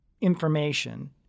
information